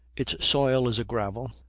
its soil is a gravel,